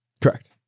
correct